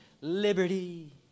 Liberty